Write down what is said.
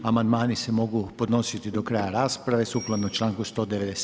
Amandmani se mogu podnositi do kraja rasprave sukladno članku 197.